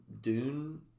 dune